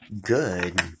good